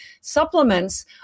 Supplements